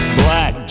black